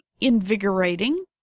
invigorating